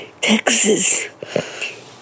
Texas